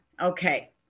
Okay